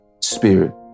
spirit